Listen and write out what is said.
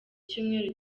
cyumweru